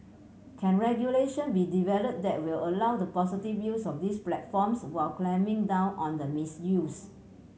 can regulation be developed that will allow the positive use of these platforms while clamping down on the misuse